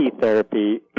therapy